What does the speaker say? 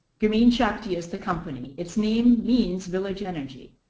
grameen shakti is the company. its name means village energy.